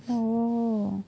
oh